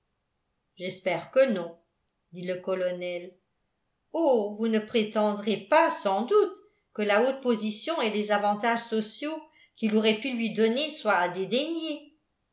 j'espère que non dit le colonel oh vous ne prétendrez pas sans doute que la haute position et les avantages sociaux qu'il aurait pu lui donner soient à